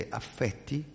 affetti